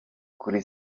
kuri